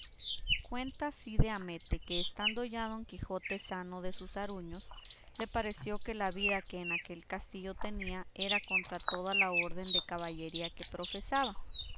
doña rodríguez cuenta cide hamete que estando ya don quijote sano de sus aruños le pareció que la vida que en aquel castillo tenía era contra toda la orden de caballería que profesaba